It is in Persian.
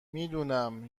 میدونم